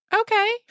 Okay